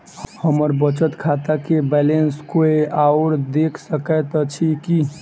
हम्मर बचत खाता केँ बैलेंस कोय आओर देख सकैत अछि की